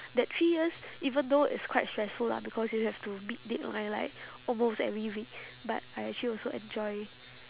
that three years even though it's quite stressful lah because you have to meet deadline like almost every week but I actually also enjoy